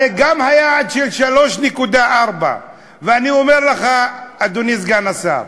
הרי גם היעד של 3.4, אני אומר לך, אדוני סגן השר,